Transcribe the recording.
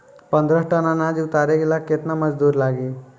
पन्द्रह टन अनाज उतारे ला केतना मजदूर लागी?